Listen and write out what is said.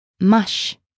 Mush